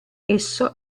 esso